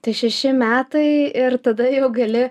tai šeši metai ir tada jau gali